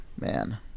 Man